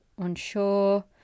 unsure